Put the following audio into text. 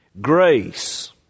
Grace